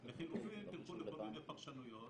לחילופין, תלכו לכל מיני פרשנויות